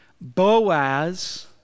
Boaz